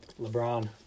LeBron